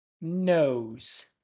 Nose